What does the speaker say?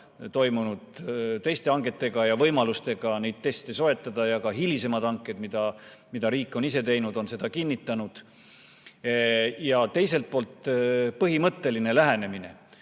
toimunud teiste hangetega ja võimalustega neid teste soetada ning ka hilisemad hanked, mida riik on ise teinud, on seda kinnitanud. Ja teiselt poolt põhimõtteline lähenemine,